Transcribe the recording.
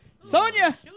Sonia